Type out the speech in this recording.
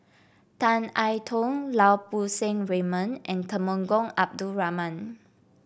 Tan I Tong Lau Poo Seng Raymond and Temenggong Abdul Rahman